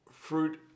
fruit